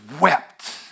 wept